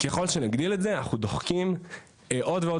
ככל שנגדיל את זה אנחנו דוחקים עוד ועוד